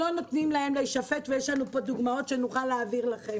לא נותנים להם להישפט ויש לנו פה דוגמאות שנוכל להעביר לכם.